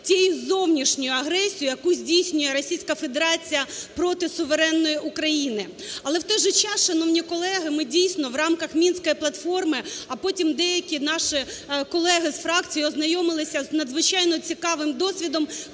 тією зовнішньою агресією, яку здійснює Російська Федерація проти суверенної України. Але, в той же час, шановні колеги, ми дійсно в рамках мінської платформи, а потім деякі наші колеги з фракцій ознайомилися з надзвичайно цікавим досвідом